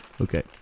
Okay